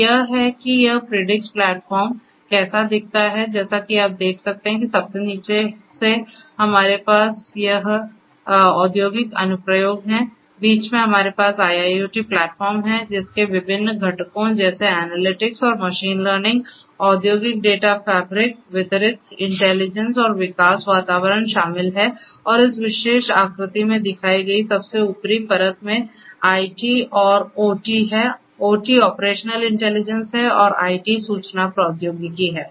तो यह है कि यह प्रिडिक्स प्लेटफ़ॉर्म कैसा दिखता है जैसा कि आप देख सकते हैं कि सबसे नीचे से हमारे पास यह औद्योगिक अनुप्रयोग हैं बीच में हमारे पास IIoT प्लेटफॉर्म है जिसमें विभिन्न घटकों जैसे एनालिटिक्स और मशीन लर्निंग औद्योगिक डेटा फैब्रिक वितरित इंटेलिजेंस और विकास वातावरण शामिल हैं और इस विशेष आकृति में दिखाई गई सबसे ऊपरी परत में आईटी और ओटी है ओटी ऑपरेशनल इंटेलिजेंस है और आईटी सूचना प्रौद्योगिकी है